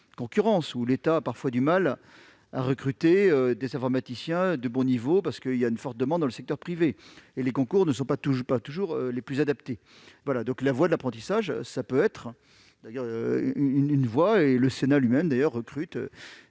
et l'État a parfois du mal à recruter des informaticiens de bon niveau, parce qu'il y a une forte demande dans le secteur privé et que les concours ne sont pas toujours les plus adaptés. À cet égard, l'apprentissage peut être une solution. Le Sénat lui-même, d'ailleurs, recrute